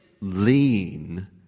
lean